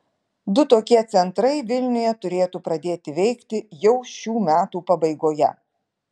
du tokie centrai vilniuje turėtų pradėti veikti jau šių metų pabaigoje